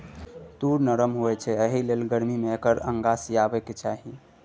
तूर नरम होए छै एहिलेल गरमी मे एकर अंगा सिएबाक चाही